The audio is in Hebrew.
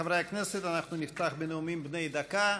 חברי הכנסת, נפתח בנאומים בני דקה.